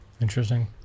interesting